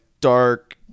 dark